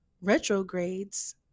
retrogrades